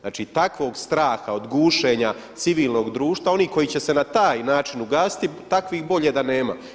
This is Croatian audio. Znači, takvog straha od gušenja civilnog društva oni koji će se na taj način ugasiti, takvih bolje da nema.